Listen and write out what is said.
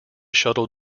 shuttle